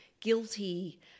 guilty